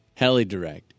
Helidirect